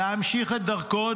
להמשיך את דרכו,